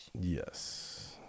Yes